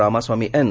Ramaswamy N